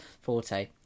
forte